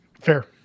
fair